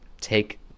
take